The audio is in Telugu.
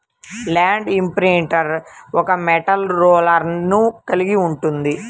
ల్యాండ్ ఇంప్రింటర్ ఒక మెటల్ రోలర్ను కలిగి ఉంటుంది